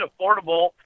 affordable